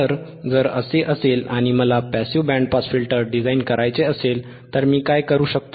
तर जर असे असेल आणि मला passive band pass filter design करायचे असेल तर मी काय करू शकतो